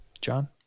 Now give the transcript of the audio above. John